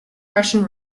russian